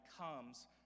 comes